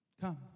come